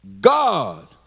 God